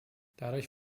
dadurch